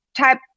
type